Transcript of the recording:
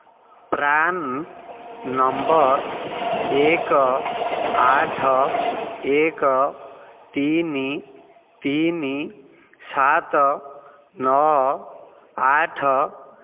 PRAN number ଏକ ଆଠ ଏକ ତିନି ତିନି ସାତ ନଅ ଆଠ